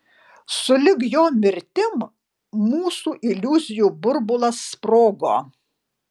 sulig jo mirtim mūsų iliuzijų burbulas sprogo